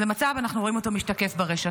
זה מצב, אנחנו רואים אותו משתקף ברשתות,